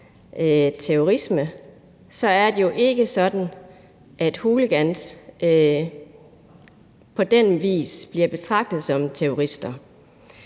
at hooliganisme er terrorisme – at hooligans på den vis bliver betragtet som terrorister.